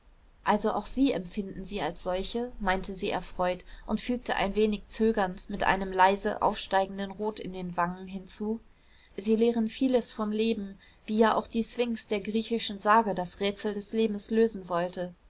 also auch sie empfinden sie als solche meinte sie erfreut und fügte ein wenig zögernd mit einem leise aufsteigenden rot in den wangen hinzu sie lehren vieles vom leben wie ja auch die sphinx der griechischen sage das rätsel des lebens lösen wollte